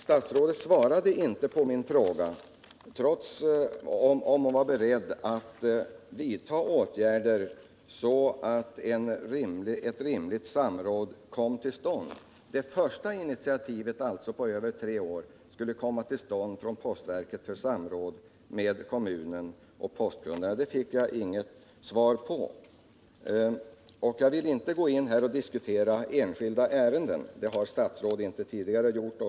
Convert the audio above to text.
Statsrådet svarade inte på min fråga, om hon var beredd att vidta åtgärder så att det första initiativet till samråd med kommun och postkunder på över tre år kommer till stånd från postverkets sida. Jag vill inte gå in och diskutera enskilda ärenden. Det har statsråd inte gjort tidigare.